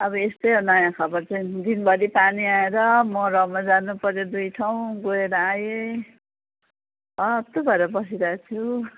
अब यस्तै हो नयाँ खबर चाहिँ दिनभरि पानी आएर मरौमा जानु पऱ्यो दुई ठाउँ गएर आएँ हत्तु भएर बसिरहेको छु